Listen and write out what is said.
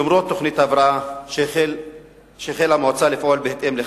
למרות תוכנית ההבראה שהמועצה החלה לפעול בהתאם לה.